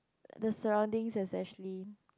the surroundings is actually